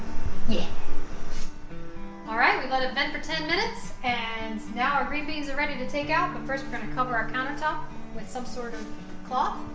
yeah all right we let it vent for ten minutes and now our green beans are ready to take out the first going to cover our countertop with some sort of cloth